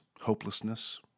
hopelessness